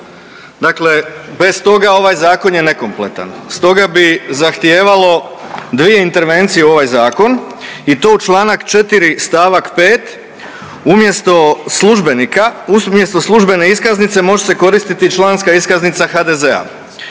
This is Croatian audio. dakle bez toga ovaj zakon je nekompletan. Stoga bi zahtijevalo dvije intervencije u ovaj zakon i to u čl. 4. st. 5. umjesto službenika umjesto službene iskaznice može se koristiti članska iskaznica HDZ-a